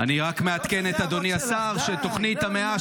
אני רק מעדכן את אדוני השר שתוכנית המאה